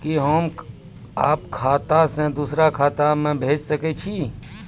कि होम आप खाता सं दूसर खाता मे भेज सकै छी?